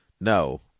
No